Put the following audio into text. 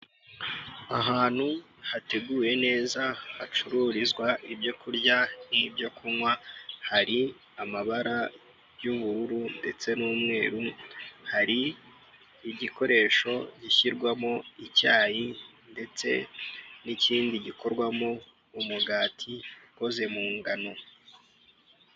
Ahantu hateguyewe neza hacururizwa ibyokurya nk'ibyo kunywa, hari amabara y'ubururu ndetse n'umweru, hari igikoresho gishyirwamo icyayi ndetse n'ikindi gikorwamo umugati ukoze mu ngano.